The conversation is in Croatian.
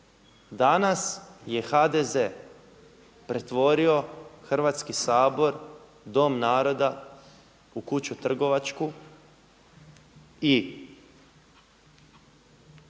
Danas je HDZ pretvorio Hrvatski sabor, dom naroda u kuću trgovačku i